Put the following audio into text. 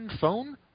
phone